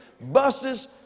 buses